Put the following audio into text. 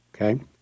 okay